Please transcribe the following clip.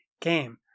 game